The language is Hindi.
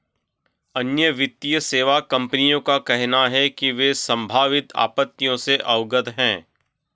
अन्य वित्तीय सेवा कंपनियों का कहना है कि वे संभावित आपत्तियों से अवगत हैं